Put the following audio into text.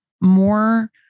more